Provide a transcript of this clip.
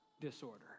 disorder